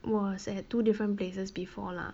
was at two different places before lah